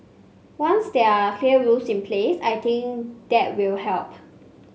once there are clear rules in place I think that will help